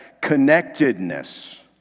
connectedness